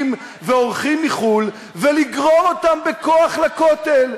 ואורחים מחו"ל ולגרור אותם בכוח לכותל.